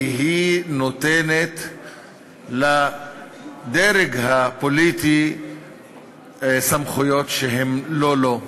כי היא נותנת לדרג הפוליטי סמכויות שהן לא לו.